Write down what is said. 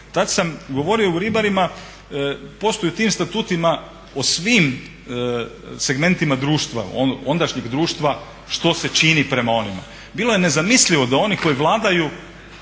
tad sam govorio o ribarima, postoji u tim statutima o svim segmentima društva, ondašnjeg društva što se čini prema onima. Bilo je nezamislivo da oni koji vladaju